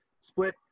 split